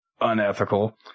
unethical